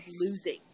losing